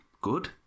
good